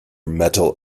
metal